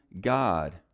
God